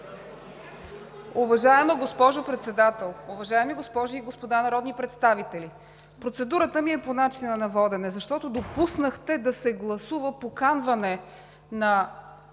Уважаема госпожо Председател, уважаеми госпожи и господа народни представители! Процедурата ми е по начина на водене, защото допуснахте да се гласува поканване на